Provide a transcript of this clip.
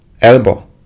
elbow